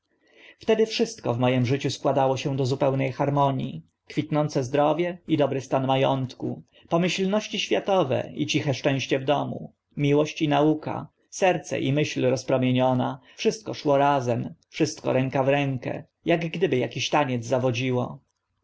wtedy wszystko w moim życiu składało się do zupełne harmonii kwitnące zdrowie i dobry stan ma ątku pomyślność światowa i ciche szczęście w domu miłość i nauka serce i myśl rozpromieniona wszystko szło razem wszystko ręka w rękę ak gdyby akiś taniec zawodziło